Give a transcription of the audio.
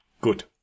Good